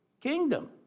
kingdom